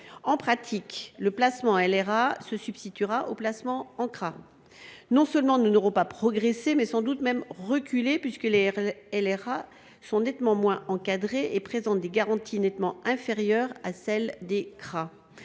En pratique, le placement en LRA se substituera au placement en CRA. Non seulement nous n’aurons pas progressé, mais nous aurons sans doute même reculé, puisque les LRA sont nettement moins encadrées et présentent des garanties nettement inférieures à celles des CRA.